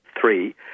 three